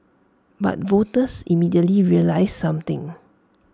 but voters immediately realised something